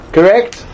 Correct